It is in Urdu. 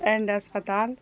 اینڈ اسپتال